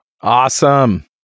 Awesome